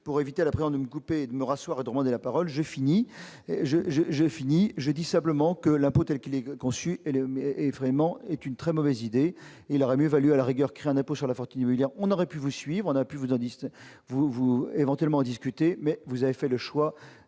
Pour éviter à la présidente de me couper la parole, de me rasseoir et de redemander la parole, je finis mon propos. Je dis simplement que l'impôt tel qu'il est conçu est une très mauvaise idée. Il aurait mieux valu, à la rigueur, créer un impôt sur la fortune immobilière, on aurait pu vous suivre, on aurait pu éventuellement en discuter, mais vous avez fait le choix